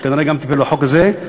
שכנראה גם טיפל בחוק זה.